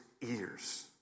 ears